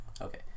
Okay